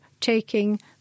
taking